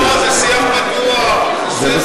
לא, זה שיח פתוח, זה שיח פתוח.